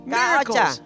miracles